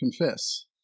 confess